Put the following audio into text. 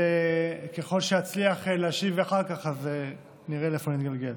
וככל שאצליח להשיב אחר כך, אז נראה לאיפה נתגלגל.